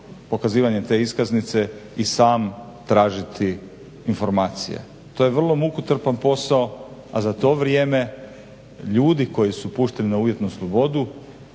pokazivanjem te iskaznice i sam tražiti informacije. To je vrlo mukotrpan posao, a za to vrijeme ljudi koji su pušteni na uvjetnu slobodu,